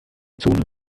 zone